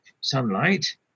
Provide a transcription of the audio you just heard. sunlight